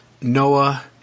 Noah